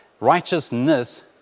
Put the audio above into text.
righteousness